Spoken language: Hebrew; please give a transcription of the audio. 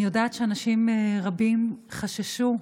אני יודעת שאנשים רבים חששו,